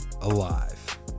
alive